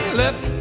left